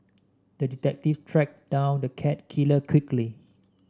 the detective tracked down the cat killer quickly